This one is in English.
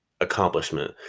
accomplishment